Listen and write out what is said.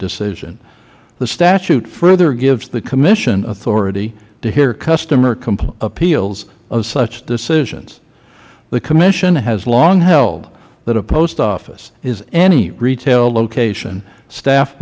decision the statute further gives the commission authority to hear customer appeals on such decisions the commission has long held that a post office is any retail location staffed